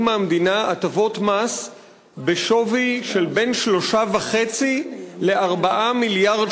מהמדינה הטבות מס בשווי של בין 3.5 ל-4 מיליארד